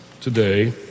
today